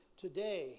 today